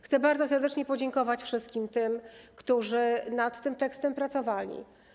Chcę bardzo serdecznie podziękować wszystkim tym, którzy nad tym tekstem pracowali.